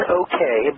okay